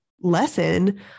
lesson